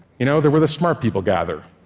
you know they're where the smart people gather.